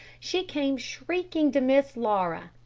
she came shrieking to miss laura.